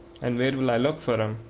and where will i look for em?